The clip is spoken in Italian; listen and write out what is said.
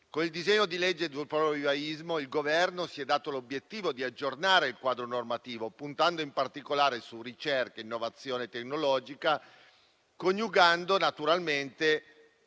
Con il disegno di legge in materia di florovivaismo il Governo si è dato l'obiettivo di aggiornare il quadro normativo, puntando in particolare su ricerca e innovazione tecnologica, coniugando il tema della